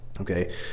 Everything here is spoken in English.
okay